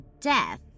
death